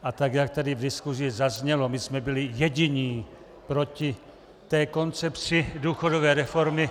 A tak jak tady v diskusi zaznělo, my jsme byli jediní proti té koncepci důchodové reformy